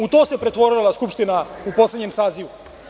U to se pretvorila ova Skupština u poslednjem sazivu.